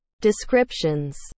descriptions